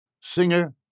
singer